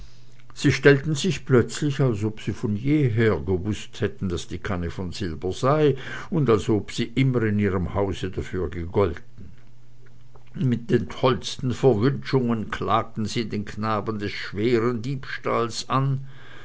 sie stellten sich plötzlich als ob sie von je gewußt hätten daß die kanne von silber sei und als ob sie immer in ihrem hause dafür gegolten mit den tollsten verwünschungen klagten sie den knaben des schweren diebstahles an